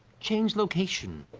change location.